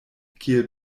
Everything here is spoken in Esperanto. kiel